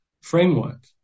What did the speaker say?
framework